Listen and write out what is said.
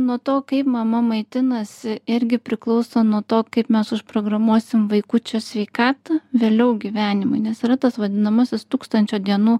nuo to kaip mama maitinasi irgi priklauso nuo to kaip mes užprogramuosim vaikučio sveikatą vėliau gyvenimui nes yra tas vadinamasis tūkstančio dienų